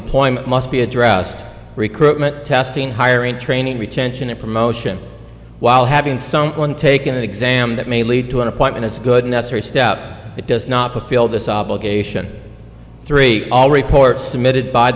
employment must be addressed recruitment testing hire and training retention and promotion while having someone take an exam that may lead to an appointment as good a necessary step it does not feel this obligation three all report submitted by